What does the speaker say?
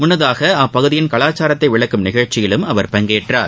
முன்னதாக அப்பகுதியின் கலாச்சாரத்தை விளக்கும் நிகழ்ச்சியிலும் அவர் பங்கேற்றார்